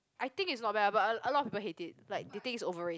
I think is not bad but a a lot of people hate it like they it's overrate~